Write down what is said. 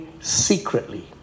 secretly